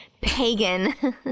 pagan